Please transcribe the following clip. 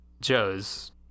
joe's